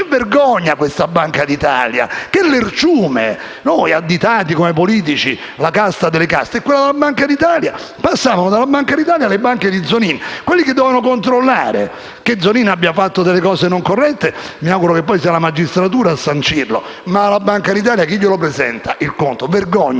che vergogna questa Banca d'Italia! Che lerciume! Noi veniamo additati come politici perché siamo la casta delle caste e quelli della Banca d'Italia? Passavano dalla Banca d'Italia alle banche di Zonin. Ed erano quelli che dovevano controllare! Che Zonin abbia fatto delle cose non corrette mi auguro che sia la magistratura a sancirlo, ma alla Banca d'Italia chi glielo presenta il conto? Vergognati